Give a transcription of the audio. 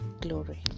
glory